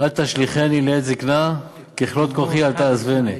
"אל תשליכני לעת זקנה, ככלות כֹחי אל תעזבני".